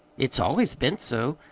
it's always been so.